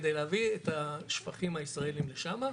כדי להביא את השפכים הישראליים לשם,